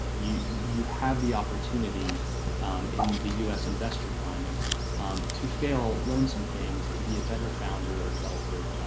you you have the opportunity in the us investor climate to fail, learn some things and be a better founder or developer.